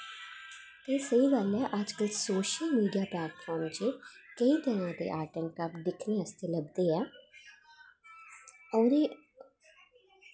ते एह् स्हेई गल्ल ऐ अज्ज कल सोशल मीडिया प्लेटफॉर्म च केईं तरहां दे आर्ट एंड क्राफ्ट दिक्खने आस्तै लभदे ऐ होर एह्